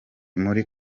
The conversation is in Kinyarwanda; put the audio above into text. muri